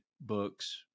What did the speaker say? books